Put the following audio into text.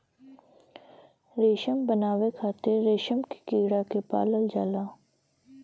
रेशम बनावे खातिर रेशम के कीड़ा के पालल जाला